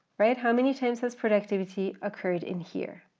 right, how many times does productivity occurred in here,